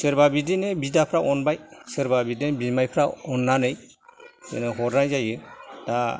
सोरबा बिदिनो बिदाफ्रा अनबाय सोरबा बिदिनो बिमायफ्रा अन्नानै हरनाय जायो दा